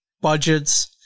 budgets